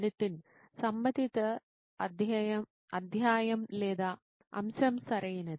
నితిన్ సంబంధిత అధ్యాయం లేదా అంశం సరియైనది